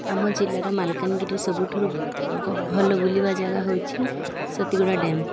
ଆମ ଜିଲ୍ଲାର ମାଲକାନଗିରି ସବୁଠାରୁ ଭଲ ବୁଲିବା ଜାଗା ହେଉଛି ସତିଗୁଡ଼ା ଡ୍ୟାମ୍